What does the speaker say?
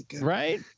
Right